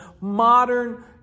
modern